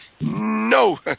No